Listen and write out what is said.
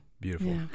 Beautiful